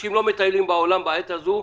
אנשים לא מטיילים בעולם בעת הזאת.